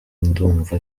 ndumva